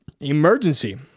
emergency